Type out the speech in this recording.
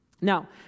Now